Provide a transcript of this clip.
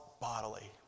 bodily